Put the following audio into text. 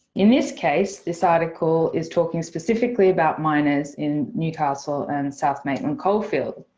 in this case, this article is talking specifically about miners in newcastle and south maitland coal field.